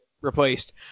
replaced